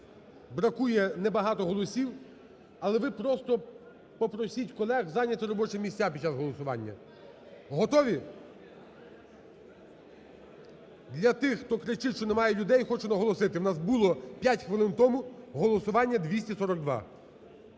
Бракує небагато голосів, але ви просто попросіть колег зайняти робочі місця під час голосування. Готові? Для тих, хто кричить, що немає людей, хочу наголосити. У нас було п'ять хвилин тому голосування 242.